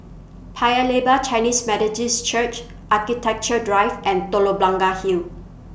Paya Lebar Chinese Methodist Church Architecture Drive and Telok Blangah Hill